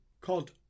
called